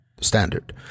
standard